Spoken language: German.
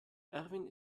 erwin